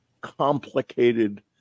complicated